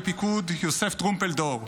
בפיקוד יוסף טרומפלדור,